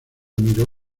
miró